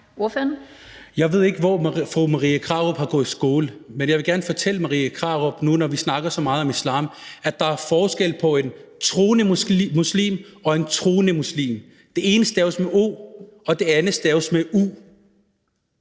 (UFG): Jeg ved ikke, hvor fru Marie Krarup har gået i skole, men jeg vil gerne fortælle fru Marie Krarup, nu, hvor vi snakker så meget om islam, at der er forskel på en troende muslim og en truende muslim – det ene staves med o, og det andet staves med u.